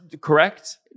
correct